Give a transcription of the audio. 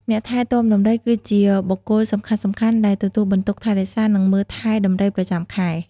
អ្នកថែទាំដំរី គឺជាបុគ្គលសំខាន់ដែលទទួលបន្ទុក ថែរក្សា និងមើលថែដំរីប្រចាំថ្ងៃ។